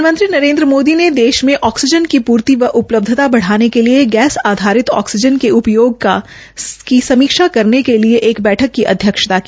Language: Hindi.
प्रधानमंत्री नरेन्द्र मोदी ने देश के ऑक्सीजन की पूर्ति व उपलब्धता बढ़ाने के लिए गैस आधारित ऑक्सीजन के उपयोग का समीक्षा करने के लिए एक बैठक की अध्यक्षता की